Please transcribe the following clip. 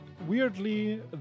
Weirdly